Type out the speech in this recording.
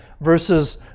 verses